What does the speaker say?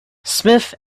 smith